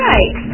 Right